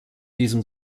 diesem